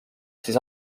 siis